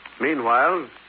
Meanwhile